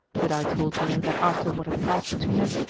but i told her, that after what had passed between us,